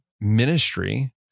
ministry